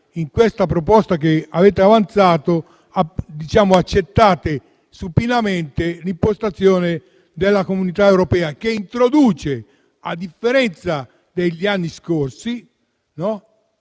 in questa proposta che avete avanzato accettate supinamente l'impostazione dell'Unione europea che, a differenza degli anni scorsi,